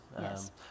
Yes